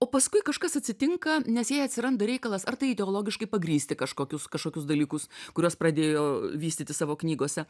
o paskui kažkas atsitinka nes jai atsiranda reikalas ar tai ideologiškai pagrįsti kažkokius kažkokius dalykus kuriuos pradėjo vystyti savo knygose